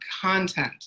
content